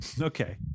okay